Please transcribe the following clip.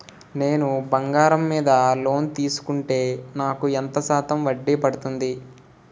నేను బంగారం మీద లోన్ తీసుకుంటే నాకు ఎంత శాతం వడ్డీ పడుతుంది?